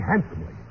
handsomely